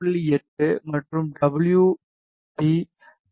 8 மற்றும் W P 1